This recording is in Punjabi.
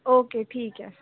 ਓਕੇ ਠੀਕ ਹੈ